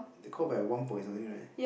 they count by one point something right